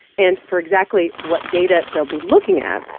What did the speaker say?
and for exactly what data they'll be looking at.